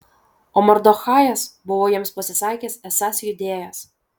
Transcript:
o mardochajas buvo jiems pasisakęs esąs judėjas